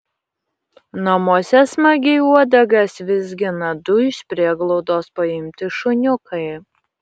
namuose smagiai uodegas vizgina du iš prieglaudos paimti šuniukai